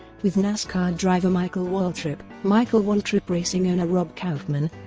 with nascar driver michael waltrip, michael waltrip racing owner rob kauffman,